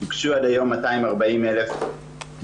הוגשו עד היום 240,000 פניות,